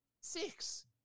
Six